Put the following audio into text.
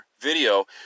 video